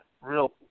real